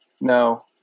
No